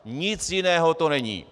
Nic jiného to není.